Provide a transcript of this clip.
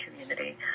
community